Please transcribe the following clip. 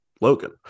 Logan